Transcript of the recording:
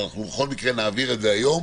בכל מקרה נעביר את זה היום.